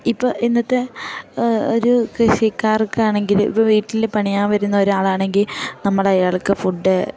ഇപ്പം ഇന്നത്തെ ഒരു കൃഷിക്കാർക്കാണെങ്കിൽ ഇപ്പം വീട്ടിൽ പണിയാൻ വരുന്ന ഒരാളാണെങ്കിൽ നമ്മളയാൾക്ക് ഫുഡ്